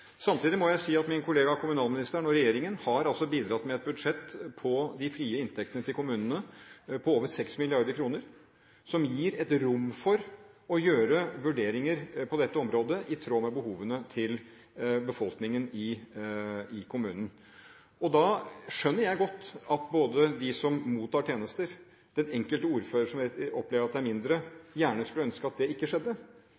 Samtidig må jeg si at min kollega, kommunalministeren, og regjeringen har altså bidratt med et budsjett på de frie inntektene til kommunene på over 6 mrd. kr, som gir et rom for å gjøre vurderinger på dette området, i tråd med behovene til befolkningen i kommunen. Da skjønner jeg godt at de som mottar tjenester, den enkelte ordfører som opplever at det er